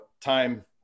time